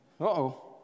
Uh-oh